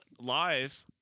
Live